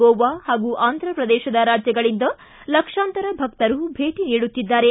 ಗೋವಾ ಹಾಗೂ ಅಂಧ್ರಪ್ರದೇಶದ ರಾಜ್ಜಗಳಿಂದ ಲಕ್ಷಾಂತರ ಭಕ್ತರು ಭೇಟ ನೀಡುತ್ತಿದ್ದಾರೆ